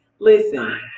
Listen